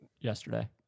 yesterday